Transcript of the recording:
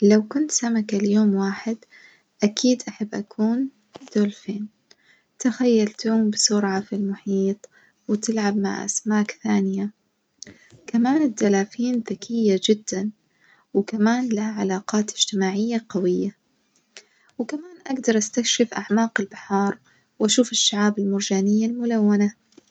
لو كنت سمكة ليوم واحد أكيد أحب أكون دولفين، تخيل تعوم بسرعة في المحيط وتلعب مع أسماك ثانية كمان الدلافين ذكية جدًا وكمان لها علاقات إجتماعية قوية، وكمان أجدر أستكشف أعماق البحار وأشوف الشعاب المرجانية الملونة.